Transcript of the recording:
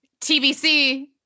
TBC